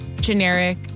generic